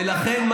ולכן,